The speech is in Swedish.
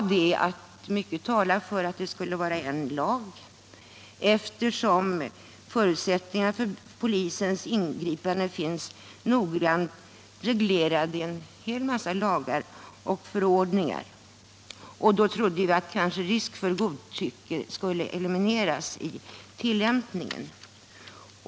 Vi sade att mycket talar för att det skulle vara en lag, eftersom ”förutsättningarna för polisens ingripande finns noggrant reglerade, så att risk för godtycke i tillämpningen elimineras”.